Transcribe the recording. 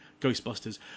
Ghostbusters